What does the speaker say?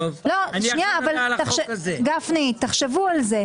רוויזיה על הסתייגות מספר 14. מי בעד קבלת הרוויזיה?